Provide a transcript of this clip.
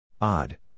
Odd